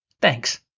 Thanks